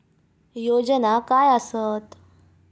योजना काय आसत?